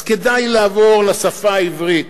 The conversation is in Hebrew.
אז כדאי לעבור לשפה העברית.